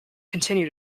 continued